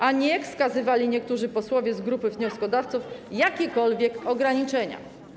a nie, jak wskazywali niektórzy posłowie z grupy wnioskodawców, jakiekolwiek ograniczenia.